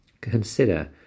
consider